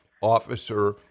officer